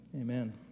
Amen